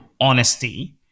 honesty